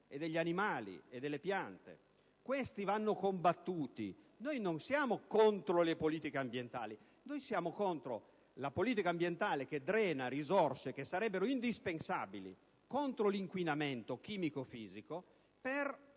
degli animali e delle piante. Questi vanno combattuti. Noi non siamo contro le politiche ambientali: siamo contro la politica ambientale che drena risorse che sarebbero indispensabili contro l'inquinamento chimico-fisico